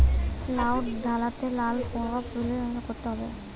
লাউ ডাটাতে লাল পোকা দেখালে কি করতে হবে?